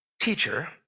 teacher